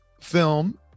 film